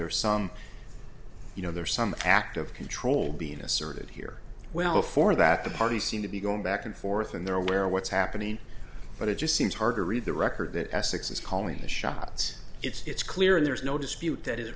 there are some you know there are some active control being asserted here well before that the parties seem to be going back and forth and they're aware of what's happening but it just seems hard to read the record that essex is calling the shots it's clear and there's no dispute that is